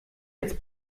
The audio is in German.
jetzt